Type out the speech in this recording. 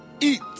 Eat